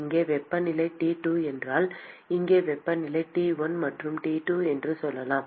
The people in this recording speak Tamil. இங்கே வெப்பநிலை T 2 என்றால் இங்கே வெப்பநிலை T 1 மற்றும் T 2 என்று சொல்லலாம்